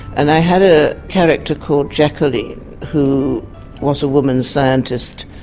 and i had a character called jacqueline who was a woman scientist,